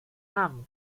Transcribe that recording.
haben